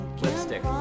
Lipstick